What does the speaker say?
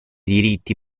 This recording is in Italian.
diritti